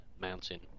mountain